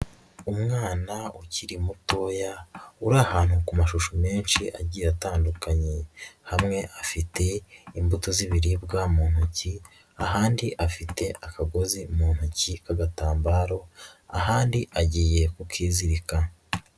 Umwana ukiri mutoya uri ahantu ku mashusho menshi agiye atandukanye, hamwe afite imbuto z'ibiribwa mu ntoki, ahandi afite akagozi mu ntoki k'agatambaro, ahandi agiye kukizirika.